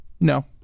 No